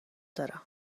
دارم